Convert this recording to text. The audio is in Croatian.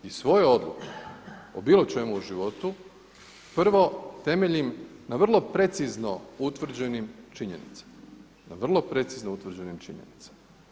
I svoje odluke o bilo čemu u životu prvo temeljim na vrlo precizno utvrđenim činjenicama, na vrlo precizno utvrđenim činjenicama.